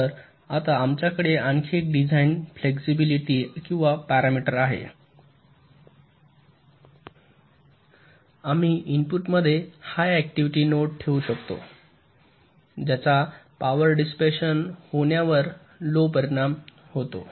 तर आता आमच्याकडे आणखी एक डिझाइन फ्लेक्सिबिलिटी किंवा पॅरामीटर आहे आम्ही इनपुटमध्ये हाय ऍक्टिव्हिटी नोड्स ठेवू शकतो ज्याचा पॉवर डिसेप्शन होण्यावर लो परिणाम होतो